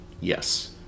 yes